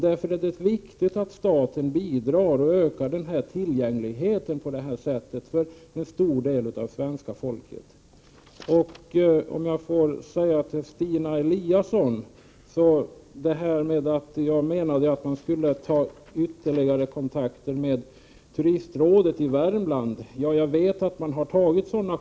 Därför är det viktigt att staten bidrar och ökar tillgängligheten för en stor del av svenska folket. Till Stina Eliasson vill jag säga följande: Jag sade att ytterligare kontakter skulle tas med turistrådet i Värmland. Jag vet att sådana kontakter har tagits.